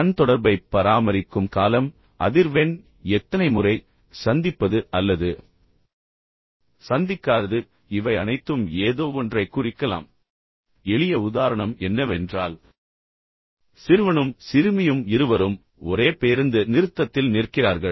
கண் தொடர்பைப் பராமரிக்கும் காலம் அதிர்வெண் எத்தனை முறை சந்திப்பது அல்லது சந்திக்காதது எனவே இவை அனைத்தும் ஏதோவொன்றைக் குறிக்கலாம் எனவே எளிய உதாரணம் என்னவென்றால் சிறுவனும் சிறுமியும் இருவரும் ஒரே பேருந்து நிறுத்தத்தில் நிற்கிறார்கள்